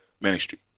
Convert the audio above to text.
ministry